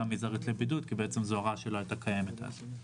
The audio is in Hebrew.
המזערית לבידוד כי בעצם זו הוראה שלא הייתה קיימת אז.